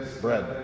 Bread